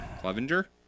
Clevenger